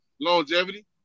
longevity